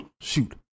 shoot